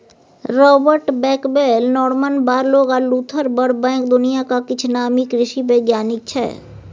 Robert Bakewell, Norman Borlaug आ Luther Burbank दुनियाक किछ नामी कृषि बैज्ञानिक छै